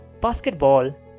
basketball